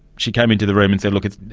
she came into the room and said look, it's.